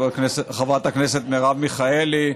חברת הכנסת מרב מיכאלי.